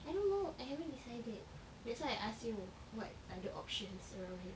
I don't know I haven't decided that's why I ask you what other options around here